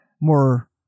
more